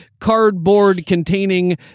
cardboard-containing